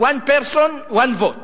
שלone person one vote ,